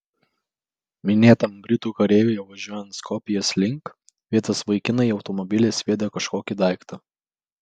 minėtam britų kareiviui važiuojant skopjės link vietos vaikinai į automobilį sviedė kažkokį daiktą